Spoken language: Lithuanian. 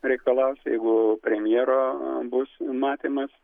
reikalaus jeigu premjero bus matymas